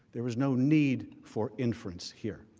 there is no need for inference here.